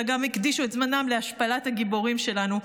אלא גם הקדישו את זמנם להשפלת הגיבורים שלנו,